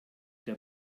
der